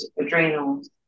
adrenals